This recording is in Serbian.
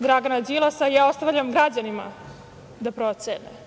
Dragana Đilasa, ja ostavljam građanima da procene.